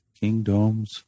Kingdoms